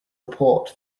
report